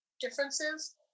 differences